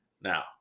Now